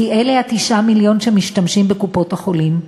כי אלה 9 המיליון שמשתמשים בקופות-החולים.